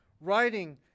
writing